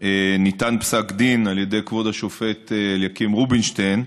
ניתן פסק דין על ידי כבוד השופט אליקים רובינשטיין,